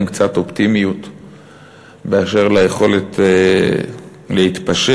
אולי קצת אופטימיות באשר ליכולת להתפשר,